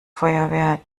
feuerwehr